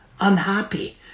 unhappy